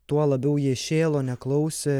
tuo labiau jie šėlo neklausė